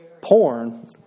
Porn